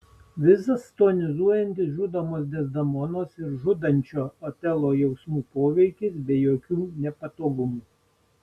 visas tonizuojantis žudomos dezdemonos ir žudančio otelo jausmų poveikis be jokių nepatogumų